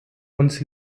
uns